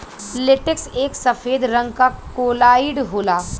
latex एक सफेद रंग क कोलाइड होला